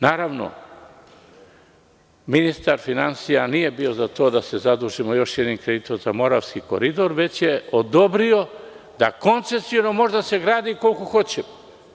Naravno, ministar finansija nije bio za to da se zadužimo još jednim kreditom za Moravski koridor, već je odobrio da koncesiono može da se gradi koliko hoćemo.